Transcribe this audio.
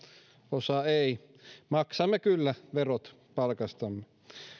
osa ei maksamme kyllä verot palkastamme